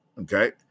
okay